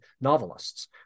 novelists